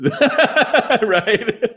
right